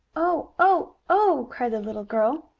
oh! oh! oh! cried the little girl.